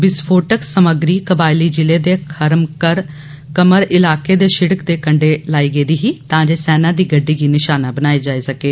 विस्फोटक सामग्री कवायली जिले दे खारकमर इलाकें दे षिड़क दे कन्डे लाई गेदी ही तां जे सेना दी गड्डी गी निषाना बनाया जाई सकै